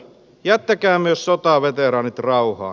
jättäkää myös sotaveteraanit rauhaan